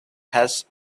has